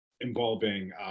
involving